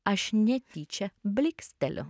aš netyčia blyksteliu